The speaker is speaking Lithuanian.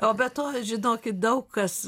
o be to žinokit daug kas